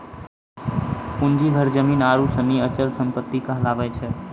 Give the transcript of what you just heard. पूंजी घर जमीन आरु सनी अचल सम्पत्ति कहलावै छै